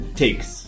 takes